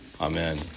Amen